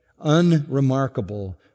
unremarkable